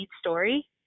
story